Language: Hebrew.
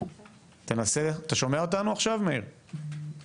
אז קודם כל, אני מתנצל בשמו של ראש העיר, שהיה